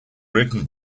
written